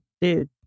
dude